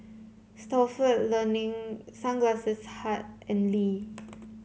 Stalford Learning Sunglass Hut and Lee